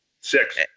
Six